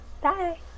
Bye